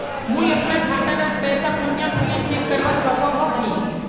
मुई अपना खाता डात पैसा कुनियाँ कुनियाँ चेक करवा सकोहो ही?